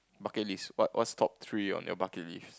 bucket list what what's top three on your bucket list